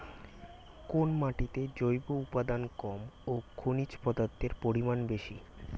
কোন মাটিতে জৈব উপাদান কম ও খনিজ পদার্থের পরিমাণ বেশি?